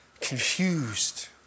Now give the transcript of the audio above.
confused